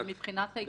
אבל מבחינת העיקרון,